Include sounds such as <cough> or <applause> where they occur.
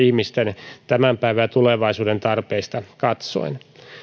<unintelligible> ihmisten tämän päivän ja tulevaisuuden tarpeista katsoen